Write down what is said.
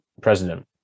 president